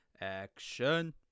action